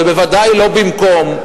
זה בוודאי לא במקום,